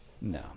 No